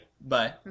Bye